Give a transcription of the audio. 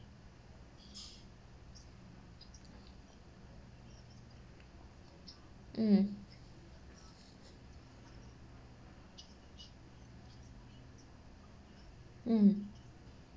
mm mm